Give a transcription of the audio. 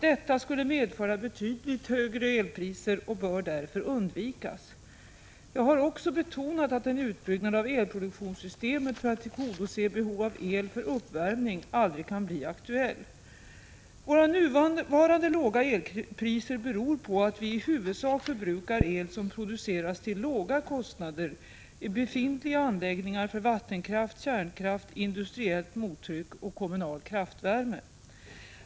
Detta skulle medföra betydligt högre elpriser och bör därför undvikas. Jag har också betonat att en utbyggnad av elproduktionssystemet för att tillgodose behov av el för uppvärmning aldrig kan bli aktuell. Våra nuvarande låga elpriser beror på att vi i huvudsak förbrukar el som produceras till låga kostnader i befintliga anläggningar för vattenkraft, kärnkraft, industriellt mottryck och kommunal kraftvärme.